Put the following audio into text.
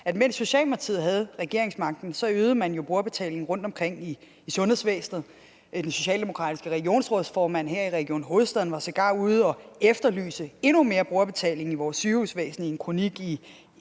mens Socialdemokratiet havde regeringsmagten, øgede man brugerbetalingen rundtomkring i sundhedsvæsenet. Den socialdemokratiske regionsrådsformand her i Region Hovedstaden var sågar ude at efterlyse endnu mere brugerbetaling i vores sygehusvæsen i en kronik i